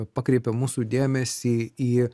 pakreipė mūsų dėmesį į